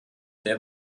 der